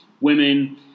women